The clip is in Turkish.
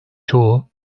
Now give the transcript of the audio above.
çoğu